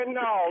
no